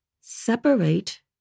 separate